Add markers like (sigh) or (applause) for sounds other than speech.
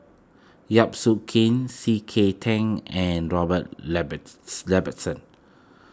Yap Su Kin C K Tang and Robert (unintelligible) Ibbetson